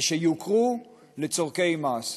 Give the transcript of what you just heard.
ושיוכרו לצורכי מס.